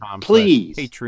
please